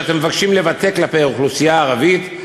שאתם מבקשים לבטא כלפי האוכלוסייה הערבית,